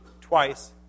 twice